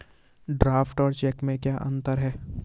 Draft और cheque में क्या अंतर है?